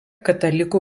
katalikų